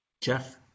Jeff